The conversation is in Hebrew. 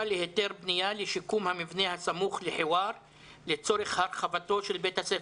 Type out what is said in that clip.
להיתר בנייה לשיקום המבנה הסמוך לחיוואר לצורך הרחבתו של בית הספר.